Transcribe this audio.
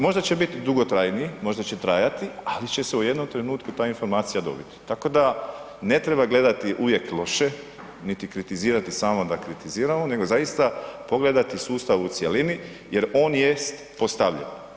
Možda će biti dugotrajniji, možda će trajati, ali će se u jednom trenutku ta informacija dobiti, tako da ne treba gledati uvijek loše niti kritizirati samo da kritiziramo, nego zaista pogledati sustav u cjelini jer on jest postavljen.